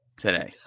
Today